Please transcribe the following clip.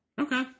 Okay